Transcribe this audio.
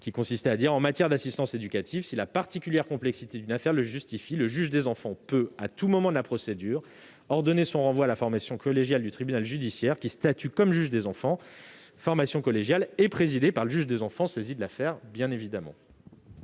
en ces termes :« En matière d'assistance éducative, si la particulière complexité d'une affaire le justifie, le juge des enfants peut, à tout moment de la procédure, ordonner son renvoi à la formation collégiale du tribunal judiciaire qui statue comme juge des enfants. La formation collégiale est présidée par le juge des enfants saisi de l'affaire. » Quel est